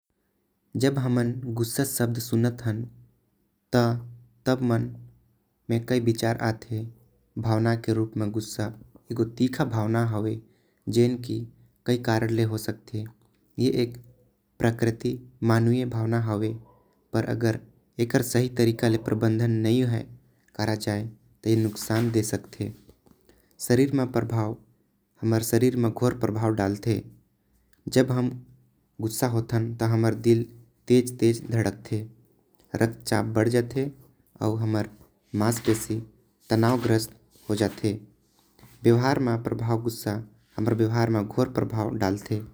जब हमन गुस्सा शब्द सुनन तब मन मा कई विचार आथे। तब मन मा तीखा भावना हवे जे कई कई करण ले हो सकते। ऐ एक प्रकृति मानवीय भावना हवे। पर अगर एकर सही तरीका ले प्रबंधन नही रहे तो। हर नुकसान करथे शरीर में प्रभाव हमर शरीर में घोर प्रभाव डालथे। जब हम गुस्सा होथन तब हमर दिल तेज तेज धड़ क़ थे। धड़कन बड़ जाथे रक्तचाप तेज हो जाथे अउ। हमर मानसपेशी में तनाव आ जा थे। हमर व्यवहार में गुस्सा घोर प्रभाव डालथे।